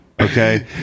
Okay